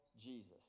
Jesus